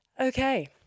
Okay